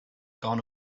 gone